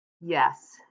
Yes